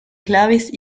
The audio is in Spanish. claves